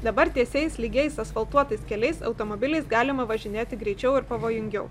dabar tiesiais lygiais asfaltuotais keliais automobiliais galima važinėti greičiau ir pavojingiau